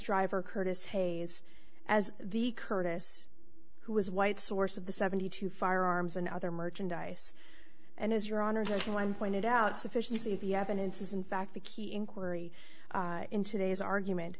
driver curtis hayes as the curtis who was white source of the seventy two firearms and other merchandise and as your honor one pointed out sufficiency of the evidence is in fact the key inquiry into day's argument